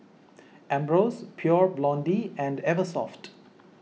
Ambros Pure Blonde and Eversoft